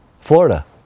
Florida